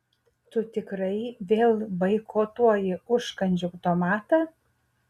tu tikrai vėl boikotuoji užkandžių automatą